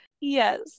Yes